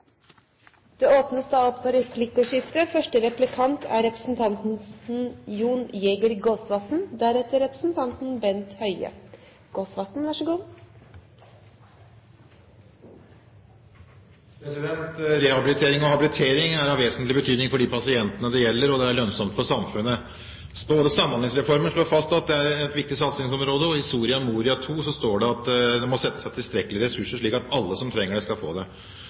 Det åpnes for replikkordskifte. Rehabilitering og habilitering er av vesentlig betydning for de pasientene det gjelder, og det er lønnsomt for samfunnet. Samhandlingsreformen slår fast at det er et viktig satsingsområde, og i Soria Moria II står det at det må settes av tilstrekkelig ressurser, slik at alle som trenger det, skal få det.